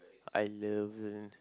I love it